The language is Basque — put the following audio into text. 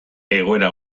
egoera